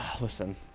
Listen